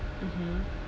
mmhmm